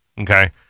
Okay